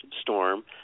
storm